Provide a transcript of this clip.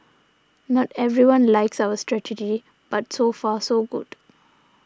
not everyone likes our strategy but so far so good